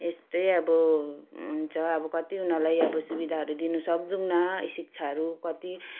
यस्तै अब हुन्छ अब कति उनीहरूलाई सुविधाहरू दिनु सक्दैनौँ शिक्षाहरू कति